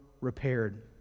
repaired